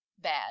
bad